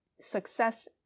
success